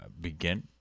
begin